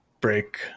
break